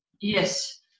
Yes